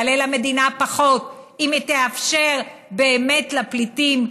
יעלה למדינה פחות אם היא תאפשר באמת לפליטים,